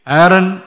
Aaron